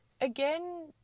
Again